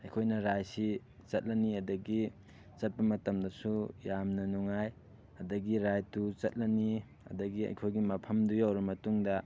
ꯑꯩꯈꯣꯏꯅ ꯔꯥꯏꯗꯁꯤ ꯆꯠꯂꯅꯤ ꯑꯗꯒꯤ ꯆꯠꯄ ꯃꯇꯝꯗꯁꯨ ꯌꯥꯝꯅ ꯅꯨꯡꯉꯥꯏ ꯑꯗꯒꯤ ꯔꯥꯏꯗꯇꯨ ꯆꯠꯂꯅꯤ ꯑꯗꯒꯤ ꯑꯩꯈꯣꯏꯒꯤ ꯃꯐꯝꯗꯨ ꯌꯧꯔ ꯃꯇꯨꯡꯗ